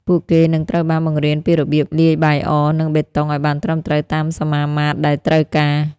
ពួកគេនឹងត្រូវបានបង្រៀនពីរបៀបលាយបាយអរ និងបេតុងឱ្យបានត្រឹមត្រូវតាមសមាមាត្រដែលត្រូវការ។